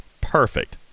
perfect